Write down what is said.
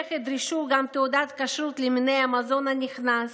בהמשך ידרשו גם תעודת כשרות למיני המזון הנכנס?